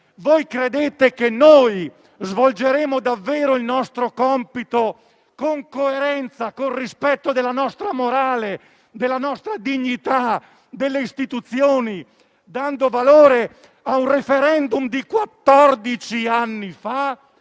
LeU, credete che svolgeremmo davvero il nostro compito con coerenza e con rispetto della nostra morale e della nostra dignità di istituzioni, dando valore a un *referendum* di quattordici